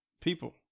people